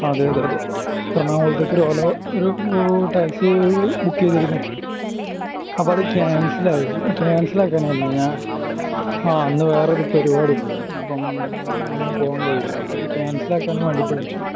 അതേതെതെ എർണാകുളത്തേയ്ക്കൊര് ഒല ഒരൂ taxi book ചെയ്തിരുന്നു അപ്പം അത് ക്യാൻസലായി ക്യാൻസലാക്കാനായിരുന്നു ഞാ ആ അന്ന് വേറൊരു പരിപാടി ഉണ്ട് അപ്പം അന്ന് പോകാൻ കഴിയില്ല ക്യാൻസലാക്കാൻ വേണ്ടിയിട്ട് വിളിച്ചതാണ്